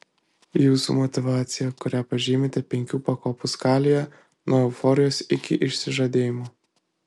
jūsų motyvacija kurią pažymite penkių pakopų skalėje nuo euforijos iki išsižadėjimo